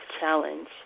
challenge